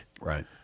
Right